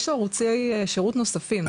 יש ערוצי שירות נוספים,